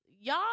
Y'all